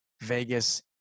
Vegas